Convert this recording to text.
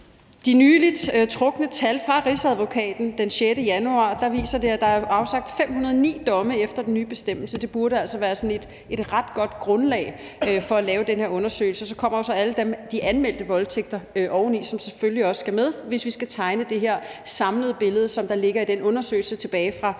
De nylig trukne tal fra Rigsadvokaten den 6. januar viser, at der er afsagt 509 domme efter den nye bestemmelse. Det burde altså være et ret godt grundlag for at lave den her undersøgelse, og oveni kommer jo så alle de anmeldte voldtægter, som selvfølgelig også skal med, hvis vi skal tegne det her samlede billede, som ligger i undersøgelsen tilbage fra 2009.